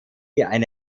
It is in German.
eine